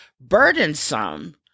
burdensome